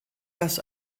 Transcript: das